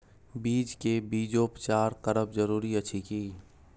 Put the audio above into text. बीज के बीजोपचार करब जरूरी अछि की?